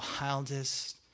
wildest